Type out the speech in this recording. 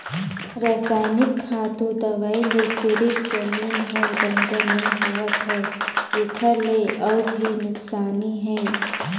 रसइनिक खातू, दवई ले सिरिफ जमीन हर बंजर नइ होवत है एखर ले अउ भी नुकसानी हे